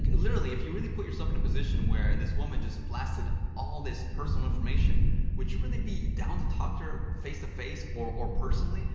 literally, if you really put yourself in a position where this woman just blasted all this personal information would you really be down to talk to her face to face or or personally?